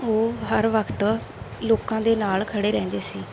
ਉਹ ਹਰ ਵਖਤ ਲੋਕਾਂ ਦੇ ਨਾਲ ਖੜ੍ਹੇ ਰਹਿੰਦੇ ਸੀ